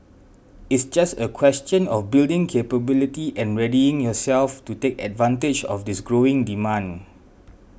it's just a question of building capability and readying yourselves to take advantage of this growing demand